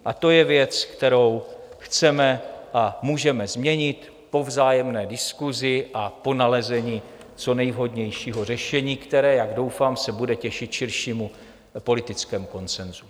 A to je věc, kterou chceme a můžeme změnit po vzájemné diskusi a po nalezení co nejvhodnějšího řešení, které, jak doufám, se bude těšit širšímu politickému konsenzu.